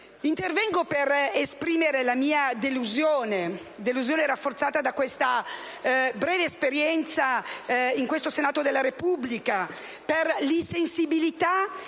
Intervengo per esprimere la mia delusione, rafforzata da questa breve esperienza in questo Senato della Repubblica, per l'insensibilità